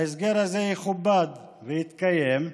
שהסגר הזה יכובד ויתקיים.